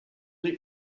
will